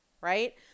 right